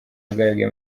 wagaragaye